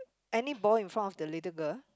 any boy in front of the little girl